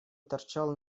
торчал